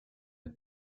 die